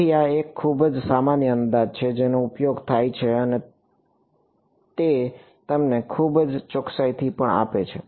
તેથી આ એક ખૂબ જ સામાન્ય અંદાજ છે જેનો ઉપયોગ થાય છે અને તે તમને ખૂબ સારી ચોકસાઈ પણ આપે છે